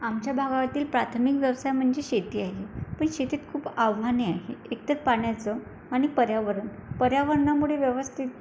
आमच्या भागावातील प्राथमिक व्यवसाय म्हणजे शेती आहे पण शेतीत खूप आव्हाने आहे एकतर पाण्याचं आणि पर्यावरण पर्यावरणामुळे व्यवस्थित